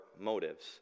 motives